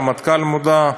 הרמטכ"ל מודע,